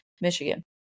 Michigan